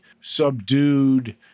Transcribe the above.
subdued